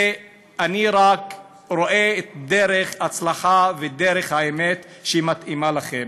ורק אני רואה את דרך ההצלחה ודרך האמת שמתאימה לכם.